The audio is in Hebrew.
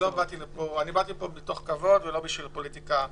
באתי לפה מתוך כבוד ולא בשביל פוליטיקה קטנה.